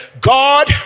God